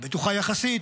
או בטוחה יחסית,